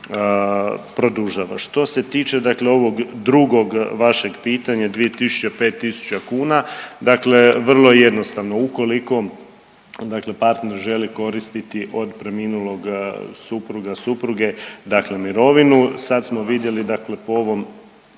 produžava. Što se tiče, dakle ovog drugog vašeg pitanja 2000, 5000 kuna dakle vrlo je jednostavno. Ukoliko dakle partner želi koristiti od preminulog supruga, supruge dakle mirovinu sad smo vidjeli dakle po ovom,